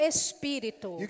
Espírito